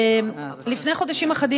לפני חודשים אחרים